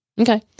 okay